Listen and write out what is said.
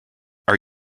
are